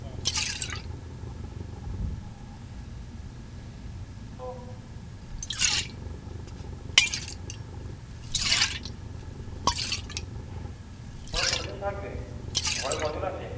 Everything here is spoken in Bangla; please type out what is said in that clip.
হুম ওরা কজন থাকবে ঘরে কজন আছে